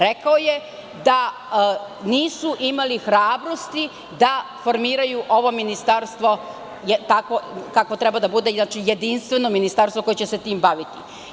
Rekao je da nisu imali hrabrosti da formiraju ovo ministarstvo, takvo kakvo treba da bude, znači, jedinstveno ministarstvo koje će se time baviti.